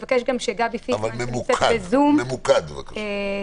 ממוקד, בבקשה.